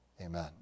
amen